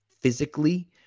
physically